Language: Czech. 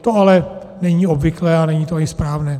To ale není obvyklé a není to i správné.